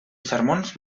sermons